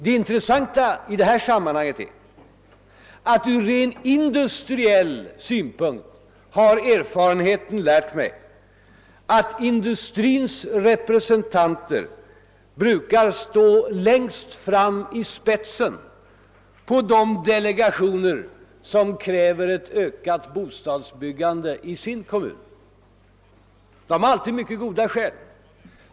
Erfarenheten har lärt mig att industrins representanter brukar stå längst fram i de delegationer som kräver ett ökat bostadsbyggande i sin kommun. De har alltid mycket goda skäl.